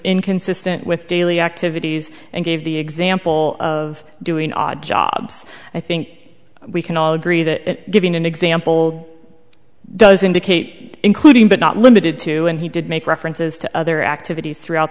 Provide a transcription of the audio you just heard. inconsistent with daily activities and gave the example of doing odd jobs i think we can all agree that giving an example does indicate including but not limited to and he did make references to other activities throughout